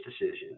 decision